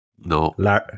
no